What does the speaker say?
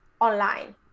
online